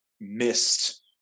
missed